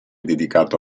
dedicato